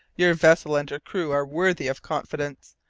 your vessel and her crew are worthy of confidence.